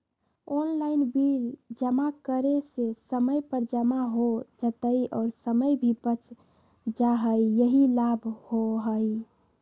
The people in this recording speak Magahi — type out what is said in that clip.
ऑनलाइन बिल जमा करे से समय पर जमा हो जतई और समय भी बच जाहई यही लाभ होहई?